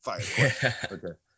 fire